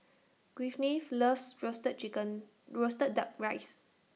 Gwyneth loves Roasted Chicken Roasted Duck Rice